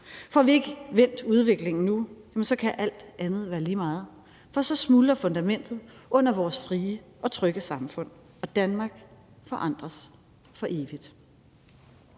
Får vi ikke vendt udviklingen nu, kan alt andet være lige meget, for så smuldrer fundamentet under vores frie og trygge samfund, og Danmark forandres for evigt.